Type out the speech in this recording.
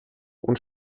und